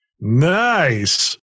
Nice